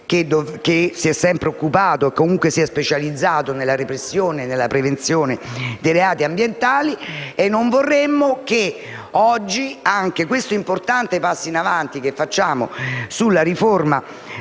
che si è sempre occupato e si è specializzato nella repressione e nella prevenzione dei reati ambientali. Non vorremmo che oggi anche questo importante passo in avanti che facciamo sulla riforma